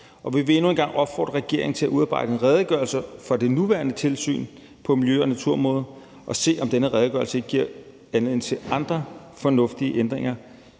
Vi vil endnu en gang opfordre regeringen til at udarbejde en redegørelse for det nuværende tilsyn på miljø- og naturområdet og se, om denne redegørelse ikke giver anledning til andre fornuftige ændringer.